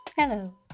Hello